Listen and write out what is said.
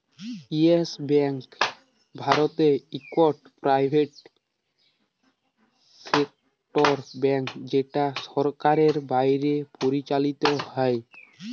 yes Bank ভারতের ইকট private sector bank যেট সরকারের বাইরে পরিচালিত হ্যয়